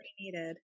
needed